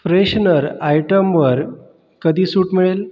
freshener आयटमवर कधी सूट मिळेल